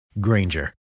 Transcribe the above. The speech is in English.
Granger